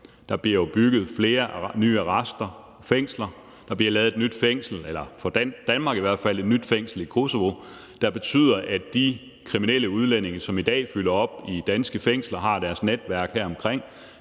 Der bliver jo bygget flere nye arrester og fængsler. Der bliver lavet et nyt fængsel – i hvert fald for Danmark – i Kosovo, der betyder, at de kriminelle udlændinge, som i dag fylder op i danske fængsler og har deres netværk heromkring,